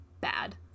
bad